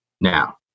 now